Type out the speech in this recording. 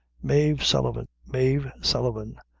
mave sullivan! mave sullivan!